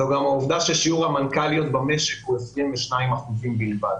זו גם העובדה ששיעור המנכ"ליות במשק עומד על 22% אחוזים בלבד.